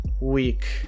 week